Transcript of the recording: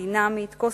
דינמית, קוסמופוליטית,